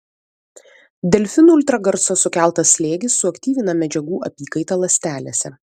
delfinų ultragarso sukeltas slėgis suaktyvina medžiagų apykaitą ląstelėse